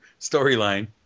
storyline